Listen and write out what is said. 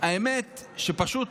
האמת שפשוט